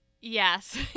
Yes